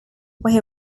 where